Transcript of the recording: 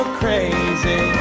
crazy